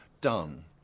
done